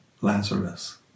Lazarus